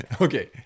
Okay